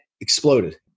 exploded